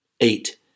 Eight